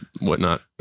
whatnot